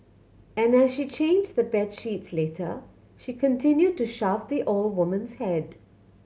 and as she changes the bed sheets later she continued to shove the old woman's head